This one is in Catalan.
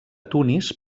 tunis